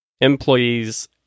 employees